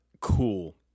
cool